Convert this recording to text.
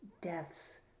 deaths